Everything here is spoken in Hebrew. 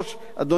אדוני השר,